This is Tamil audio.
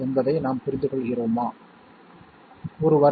எனவே சில உறவுகள் அவற்றுக்கிடையே உள்ளன